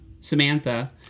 Samantha